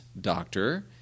Doctor